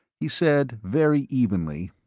he said very evenly,